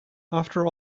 after